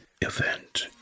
event